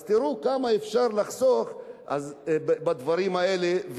אז תראו כמה אפשר לחסוך בדברים האלה,